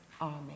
army